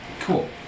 cool